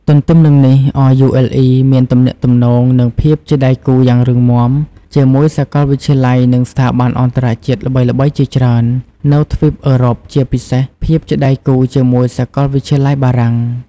ទន្ទឹមនឹងនេះRULE មានទំនាក់ទំនង និងភាពជាដៃគូយ៉ាងរឹងមាំជាមួយសាកលវិទ្យាល័យ និងស្ថាប័នអន្តរជាតិល្បីៗជាច្រើន នៅទ្វីបអឺរ៉ុបជាពិសេសភាពជាដៃគូជាមួយសាកលវិទ្យាល័យបារាំង។